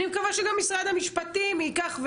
אני מקווה שגם משרד המשפטים ייקח חלק,